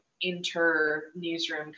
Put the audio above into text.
inter-newsroom